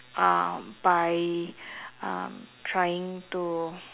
uh by um trying to